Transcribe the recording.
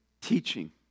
teaching